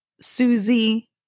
Susie